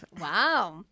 Wow